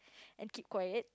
and keep quiet